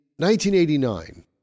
1989